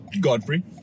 Godfrey